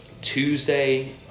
Tuesday